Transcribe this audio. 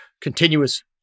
continuous